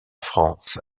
france